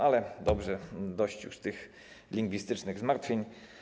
Ale dobrze, dość już lingwistycznych zmartwień.